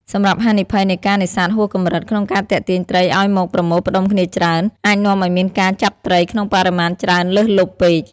សម្រាប់ហានិភ័យនៃការនេសាទហួសកម្រិត ក្នុងការទាក់ទាញត្រីឱ្យមកប្រមូលផ្តុំគ្នាច្រើន អាចនាំឱ្យមានការចាប់ត្រីក្នុងបរិមាណច្រើនលើសលប់ពេក។